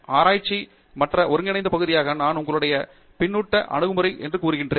ஆராய்ச்சி மற்ற ஒருங்கிணைந்த பகுதியாக நான் உங்களுடைய பின்னூட்ட அணுகுமுறை என்று கூறுவேன்